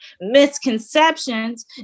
misconceptions